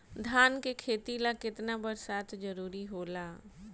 धान के खेती ला केतना बरसात जरूरी होला?